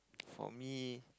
for me